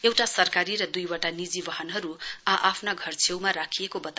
एउटा सरकारी र दुइवटा निजी वाहनहरु आ आफ्ना घर छेउमा राखिएको थियो